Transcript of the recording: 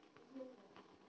सिंचाई का लाभ है?